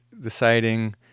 deciding